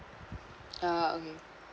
ya okay